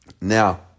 now